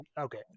Okay